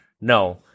No